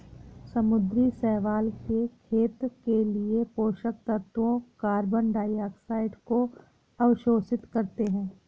समुद्री शैवाल के खेत के लिए पोषक तत्वों कार्बन डाइऑक्साइड को अवशोषित करते है